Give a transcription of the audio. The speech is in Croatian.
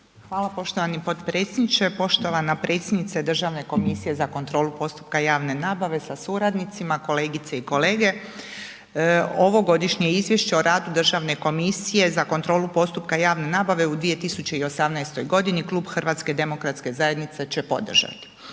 Hvala poštovani potpredsjedniče. Poštovana predsjednice Državne komisije za kontrolu postupka javne nabave sa suradnicima, kolegice i kolege. Ovo Godišnje izvješće o radu Državne komisije za kontrolu postupka javne nabave u 2018. godini klub HDZ-a će podržati.